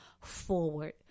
forward